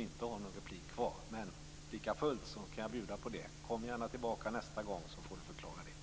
inte har någon replik kvar. Men jag kan likafullt bjuda på det. Kom gärna tillbaka nästa gång och förklara det.